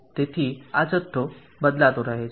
તેથી આ જથ્થો બદલાતો રહે છે